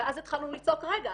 ואז התחלנו לצעוק "רגע,